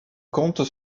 contes